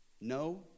no